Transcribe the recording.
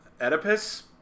Oedipus